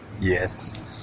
Yes